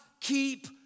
keep